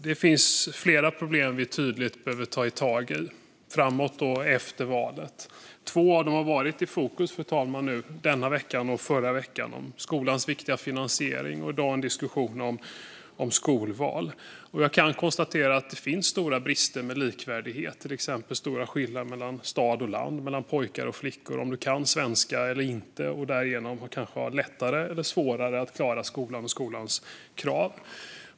Det finns flera problem vi tydligt behöver ta tag i framåt och efter valet. Två av dem har varit i fokus denna vecka och förra veckan, fru talman. Det handlar om skolans viktiga finansiering och om skolval, vilket är dagens diskussion. Jag kan konstatera att det finns stora brister vad gäller likvärdighet. Till exempel finns stora skillnader mellan stad och land och mellan pojkar och flickor gällande om du kan svenska eller inte och därigenom har lättare eller svårare att klara skolan och skolans krav.